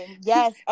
yes